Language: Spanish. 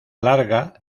larga